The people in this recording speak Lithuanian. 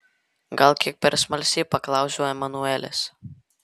gal kiek per smalsiai paklausiau emanuelės